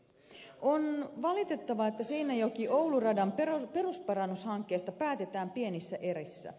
on valitettavaa että seinäjokioulu radan perusparannushankkeesta päätetään pienissä erissä